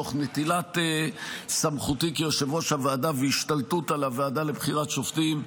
תוך נטילת סמכותי כיושב-ראש הוועדה והשתלטות על הוועדה לבחירת שופטים.